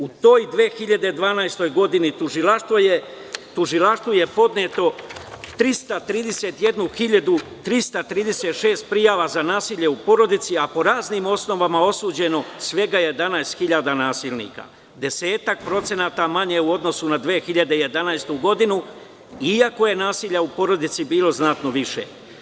U toj 2012. godini tužilaštvu je podneto 331.336 prijava za nasilje u porodici, a po raznim osnovama osuđeno svega 11.000 nasilnika, desetak procenata manje u odnosu na 2011. godinu, iako je nasilja u porodici bilo znatno više.